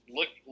Look